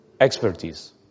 expertise